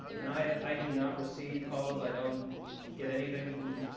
and i do not receive calls. i don't get anything from,